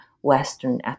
Western